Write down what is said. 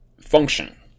function